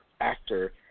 actor